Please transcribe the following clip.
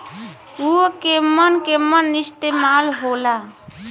उव केमन केमन इस्तेमाल हो ला?